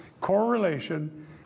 correlation